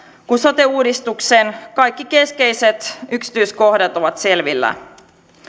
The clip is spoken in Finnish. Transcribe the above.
kun sote uudistuksen kaikki keskeiset yksityiskohdat ovat selvillä